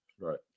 Right